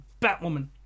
Batwoman